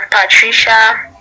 Patricia